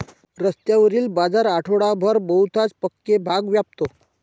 रस्त्यावरील बाजार आठवडाभरात बहुतांश पक्के भाग व्यापतो